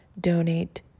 donate